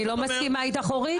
אני לא מסכימה איתך אורית.